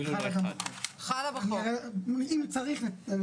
אם צריך אני.